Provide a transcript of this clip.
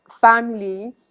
family